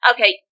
Okay